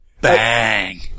bang